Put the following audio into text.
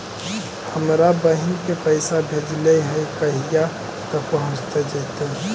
हमरा बहिन के पैसा भेजेलियै है कहिया तक पहुँच जैतै?